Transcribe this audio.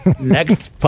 Next